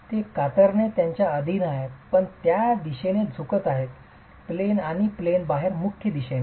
तो कातरणे च्या आधीन आहे पण त्या दिशेने झुकत आहे प्लेन आणि प्लेन बाहेर मुख्य दिशेने